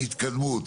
התקדמות,